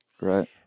Right